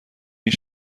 این